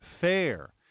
fair